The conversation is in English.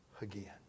again